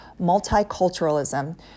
Multiculturalism